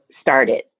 started